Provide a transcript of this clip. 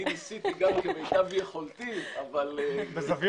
אני ניסיתי גם כמיטב יכולתי --- בזוויות